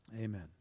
amen